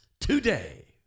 today